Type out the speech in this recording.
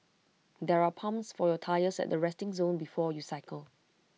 there are pumps for your tyres at the resting zone before you cycle